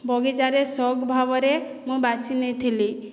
ବଗିଚାରେ ସଉକ୍ ଭାବରେ ମୁଁ ବାଛି ନେଇଥିଲି